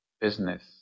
business